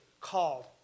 called